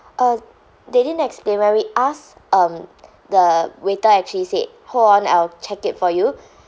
uh they didn't explain when we asked um the waiter actually said hold on I'll check it for you